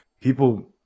people